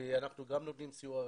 ואנחנו נותנים גם סיוע רפואי.